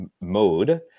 mode